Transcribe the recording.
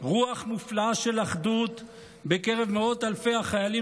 רוח מופלאה של אחדות בקרב מאות אלפי החיילים,